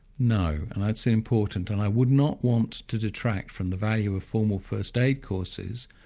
no, and i'd say important. and i would not want to detract from the value of formal first aid courses,